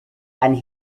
and